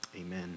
amen